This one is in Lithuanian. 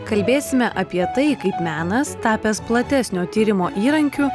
kalbėsime apie tai kaip menas tapęs platesnio tyrimo įrankiu